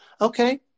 Okay